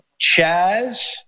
Chaz